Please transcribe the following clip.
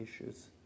issues